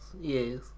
yes